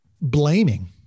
blaming